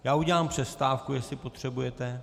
Já udělám přestávku, jestli potřebujete.